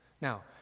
Now